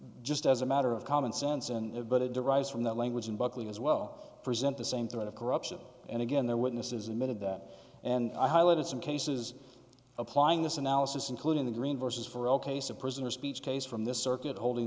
just as a matter of common sense and but it derives from that language and buckley as well present the same threat of corruption and again their witnesses admitted that and i highlighted some cases applying this analysis including the green vs for all case a prisoner speech case from this circuit holding